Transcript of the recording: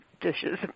dishes